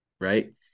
Right